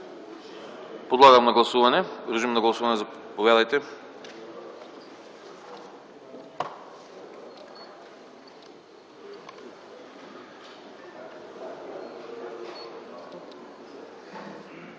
Подлагам на гласуване. Режим на гласуване. Заповядайте.